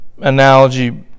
analogy